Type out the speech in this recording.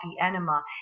enema